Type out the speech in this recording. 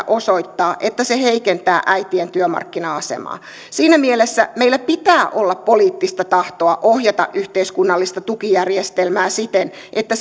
osoittaa että se heikentää äitien työmarkkina asemaa siinä mielessä meillä pitää olla poliittista tahtoa ohjata yhteiskunnallista tukijärjestelmää siten että